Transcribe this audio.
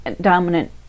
dominant